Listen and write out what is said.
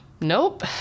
nope